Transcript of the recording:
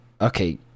okay